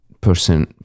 person